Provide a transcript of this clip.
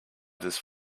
this